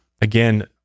Again